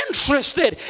Interested